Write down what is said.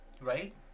right